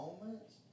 moments